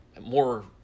more